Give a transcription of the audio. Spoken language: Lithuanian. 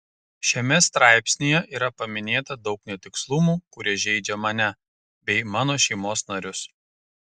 šiame straipsnyje yra paminėta daug netikslumų kurie žeidžia mane bei mano šeimos narius